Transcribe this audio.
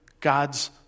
God's